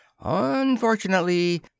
unfortunately